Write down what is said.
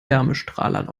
wärmestrahlern